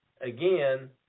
again